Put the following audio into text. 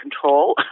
control